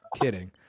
Kidding